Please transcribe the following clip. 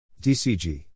DCG